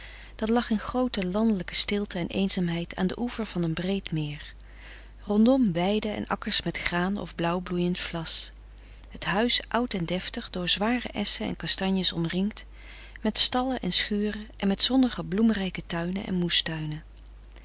dat lag in groote landelijke stilte en eenzaamheid aan den oever van een breed meer rondom weiden en akkers met graan of blauwbloeiend vlas het huis oud en deftig door zware esschen en kastanjes omringd met stallen en schuren en met zonnige bloemrijke tuinen en moestuinen